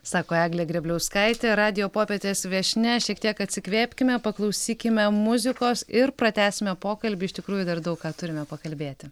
sako eglė grėbliauskaitė radijo popietės viešnia šiek tiek atsikvėpkime paklausykime muzikos ir pratęsime pokalbį iš tikrųjų dar daug ką turime pakalbėti